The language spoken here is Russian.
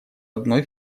одной